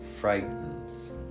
frightens